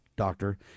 doctor